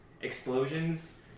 explosions